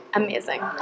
amazing